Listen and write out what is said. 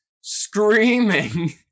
screaming